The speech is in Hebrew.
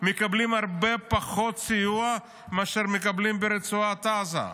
מקבלים הרבה פחות סיוע מאשר מקבלים ברצועת עזה.